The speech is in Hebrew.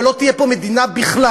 ולא תהיה פה מדינה בכלל.